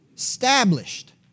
Established